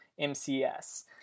MCS